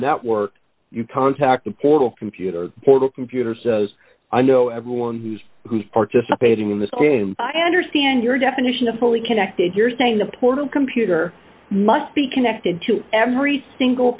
network you contact the portal computer portal computer says i know everyone who's who's participating in this game i understand your definition of fully connected you're saying the portal computer must be connected to every single